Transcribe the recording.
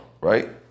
right